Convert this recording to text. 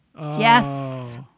Yes